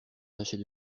tâchait